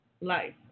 life